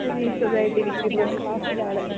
സുഖമായിട്ടിരിക്കുന്നു ക്ലാസ്സിലാണ്